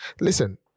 Listen